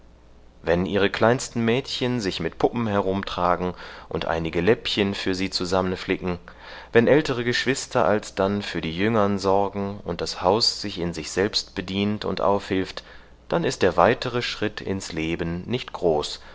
wenn ihre kleinsten mädchen sich mit puppen herumtragen und einige läppchen für sie zusammenflicken wenn ältere geschwister alsdann für die jüngern sorgen und das haus sich in sich selbst bedient und aufhilft dann ist der weitere schritt ins leben nicht groß